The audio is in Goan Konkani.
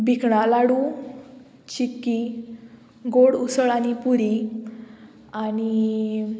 भिकणां लाडू चिकी गोड उसळ आनी पुरी आनी